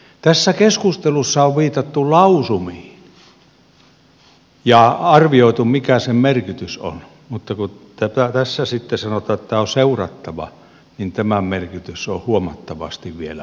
tässä keskustelussa on viitattu lausumiin ja arvioitu mikä niiden merkitys on mutta kun tässä sitten sanotaan että tätä on seurattava niin tämän merkitys on huomattavasti vielä vähäisempi